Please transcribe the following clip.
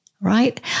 Right